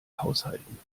haushalten